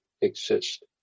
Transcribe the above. exist